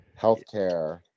healthcare